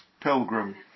pilgrim